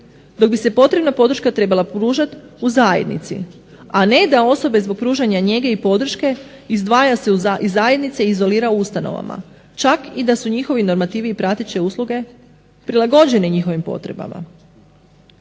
dok bi se potrebna podrška trebala pružati u zajednici, a ne da osobe zbog pružanja njege i podrške izdvaja se iz zajednice i izolira u ustanovama, čak i da su njihovi normativi i prateće usluge prilagođene njihovim potrebama.